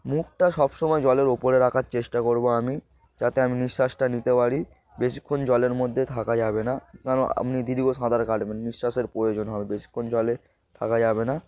মুখটা সব সমময় জলের ওপরে রাখার চেষ্টা করবো আমি যাতে আমি নিঃশ্বাসটা নিতে পারি বেশিক্ষণ জলের মধ্যে থাকা যাবে না কেন আপনি দীর্ঘ সাঁতার কাটবেন নিঃশ্বাসের প্রয়োজন হবে বেশিক্ষণ জলে থাকা যাবে না